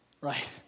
right